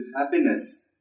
happiness